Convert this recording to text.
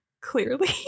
clearly